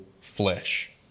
flesh